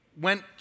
Went